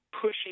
pushing